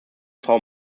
frau